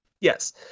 Yes